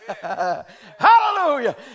Hallelujah